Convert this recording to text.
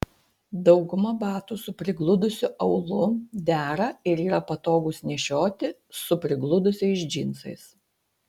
dauguma batų su prigludusiu aulu dera ir yra patogūs nešioti su prigludusiais džinsais